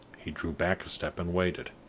he drew back a step and waited.